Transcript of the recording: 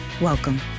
welcome